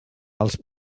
els